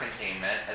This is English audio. containment